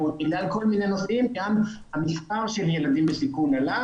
המודעות ובגלל כל מיני נושאים גם המספר של הילדים בסיכון עלה